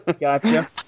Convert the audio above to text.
gotcha